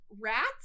rats